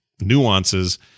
nuances